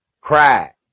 Cry